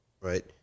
right